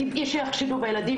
טבעי שיחשדו בילדים